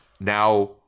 now